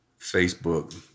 Facebook